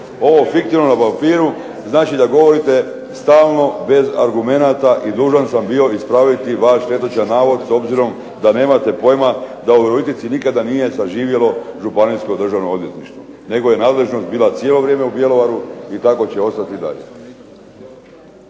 Ovo fiktivno na papiru znači da govorite stalno bez argumenata, i dužan sam bio ispraviti vaš netočan navod, s obzirom da nemate pojma da u Virovitici nikada nije zaživjelo županijsko državno odvjetništvo, nego je nadležnost bila cijelo vrijeme u Bjelovaru i tako će ostati i dalje.